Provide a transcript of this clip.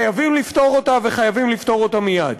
חייבים לפתור אותה וחייבים לפתור אותה מייד.